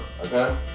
okay